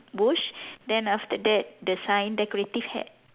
bush then after that the sign decorative hat